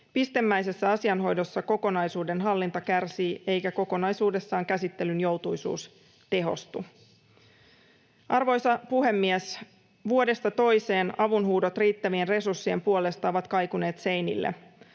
Pistemäisessä asianhoidossa kokonaisuuden hallinta kärsii, eikä kokonaisuudessaan käsittelyn joutuisuus tehostu. Arvoisa puhemies! Vuodesta toiseen avunhuudot riittävien resurssien puolesta ovat kaikuneet seinille.